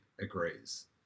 agrees